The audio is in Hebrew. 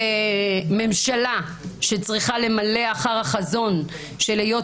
כממשלה שצריכה למלא אחר החזון של היות